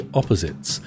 Opposites